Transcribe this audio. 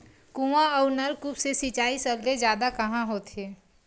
कुआं अउ नलकूप से सिंचाई सबले जादा कहां होथे?